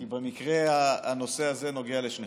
כי במקרה הנושא הזה נוגע לשניכם.